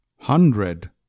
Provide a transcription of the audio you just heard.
Hundred